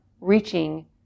reaching